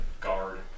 guard